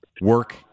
work